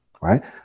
right